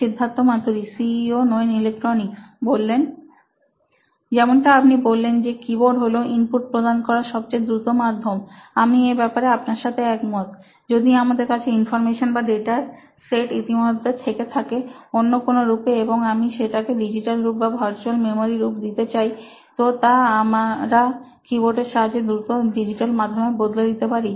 Siddharth Maturi C E O নোইন electronics যেমনটা আপনি বললেন যে কিবোর্ড হলো ইনপুট প্রদান করার সবচেয়ে দ্রুত মাধ্যম আমি এ ব্যাপারে আপনার সাথে একমত যদি আমাদের কাছে ইনফরমেশন বা ডেটার সেট ইতিমধ্যে থেকে থাকে অন্য কোন রূপে এবং আমি সেটাকে ডিজিটাল রুপ বা ভার্চুয়াল মেমোরি রূপ দিতে চাই তো তা আমরা কিবোর্ডের সাহায্যে দ্রুত ডিজিটাল মাধ্যমে বদলে দিতে পারি